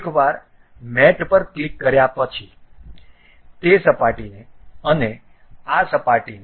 એકવાર મેટ પર ક્લિક કર્યા પછી તે સપાટીને અને આ સપાટીને